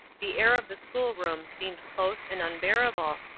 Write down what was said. the air of the school-room seemed close and unbearable,